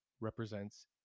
represents